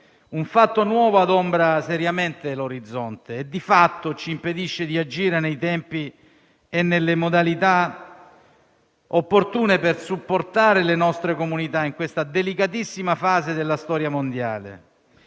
un fatto nuovo adombra seriamente l'orizzonte e di fatto ci impedisce di agire nei tempi e nelle modalità opportune per supportare le nostre comunità in questa delicatissima fase della storia mondiale.